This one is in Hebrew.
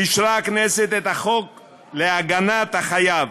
אישרה הכנסת את החוק להגנת החייב,